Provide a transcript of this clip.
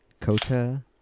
Kota